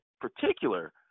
particular